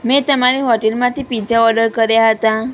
મેં તમારી હોટેલમાંથી પીઝા ઓડર કર્યા હતા